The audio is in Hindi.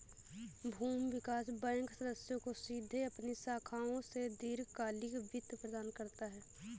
भूमि विकास बैंक सदस्यों को सीधे अपनी शाखाओं से दीर्घकालिक वित्त प्रदान करता है